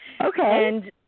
Okay